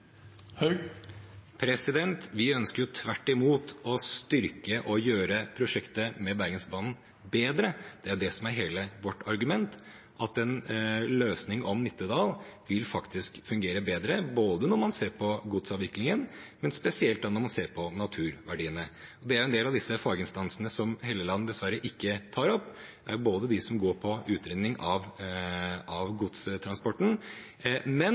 Vi ønsker tvert imot å styrke og gjøre prosjektet med Bergensbanen bedre – det er det som er hele vårt argument: at en løsning om Nittedal faktisk vil fungere bedre, både når man ser på godsavviklingen og spesielt når man ser på naturverdiene. Det er en del av disse faginstansene som Helleland dessverre ikke tar opp, både de som har å gjøre med utredning av godstransporten,